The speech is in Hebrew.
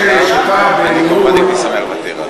יש שיטה בניהול,